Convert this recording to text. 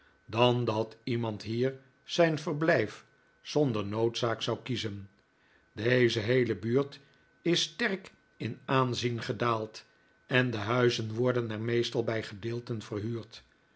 dan dat iemand hier zijn verblijf zonder noodzaak zou kiezen deze heele buurt is sterk in aanzien gedaald en de huizen worden er meestal bij gedeelten verhuurd